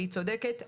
והיא צודקת,